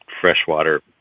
freshwater